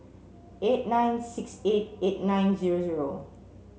eight nine six eight eight nine zero zero